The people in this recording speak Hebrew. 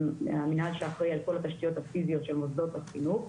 המינהל שאחראי על כל התשתיות הפיזיות של מוסדות החינוך.